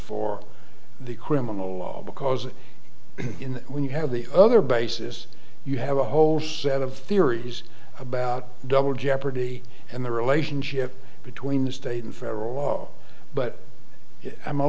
for the criminal law because when you have the other basis you have a whole set of theories about double jeopardy and the relationship between the state and federal law but